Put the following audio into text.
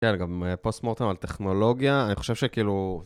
כן, גם פוסט-מורטם על טכנולוגיה, אני חושב שכאילו...